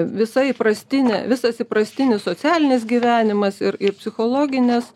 visa įprastinė visas įprastinis socialinis gyvenimas ir ir psichologinis